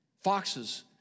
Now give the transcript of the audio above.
Foxes